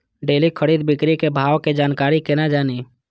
Daily खरीद बिक्री के भाव के जानकारी केना जानी?